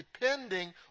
depending